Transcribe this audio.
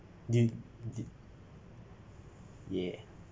did did yeah